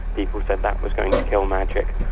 people said that was going to kill magic.